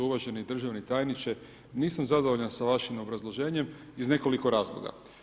Uvaženi državni tajniče, nisam zadovoljan sa vašim obrazloženjem iz nekoliko razloga.